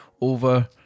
over